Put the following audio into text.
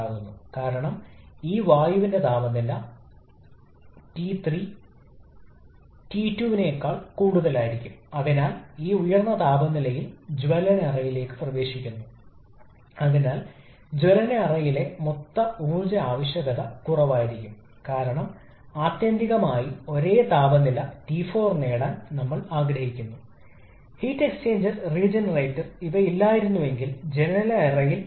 എന്നാൽ രസകരമായി കാര്യക്ഷമതയ്ക്കും പവർ output ഔട്ട്പുട്ടിനുമുള്ള ഒപ്റ്റിമൽ പ്രഷർ റേഷ്യോയുടെ സ്ഥാനം സമാനമല്ല മറിച്ച് അവ വ്യത്യസ്തമാണ് അതിനാൽ നമ്മൾ ഒരുതരം ഒപ്റ്റിമൈസേഷനായി പോകേണ്ടതുണ്ട് അല്ലെങ്കിൽ ട്രേഡ് ഓഫ്